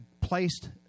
placed